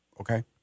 Okay